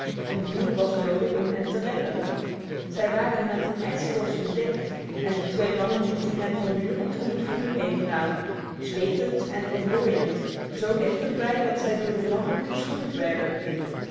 een vuur was nodig om hen te redden zij waren met een ijskorst bedekt en de twee mannen lieten hen voortdurend om het vuur heen draven zwetend en ontdooiend zo dicht er bij dat zij door de vlammen geschroeid werden